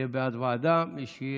יהיה בעד ועדה, ומי שיהיה,